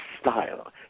style